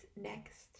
next